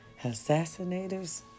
assassinators